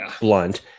blunt